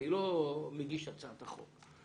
אני לא מגיש הצעת החוק.